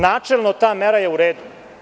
Načelno, ta mera je u redu.